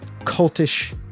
cultish